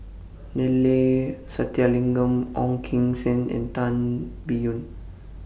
Neila Sathyalingam Ong Keng Sen and Tan Biyun